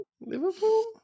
Liverpool